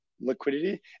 liquidity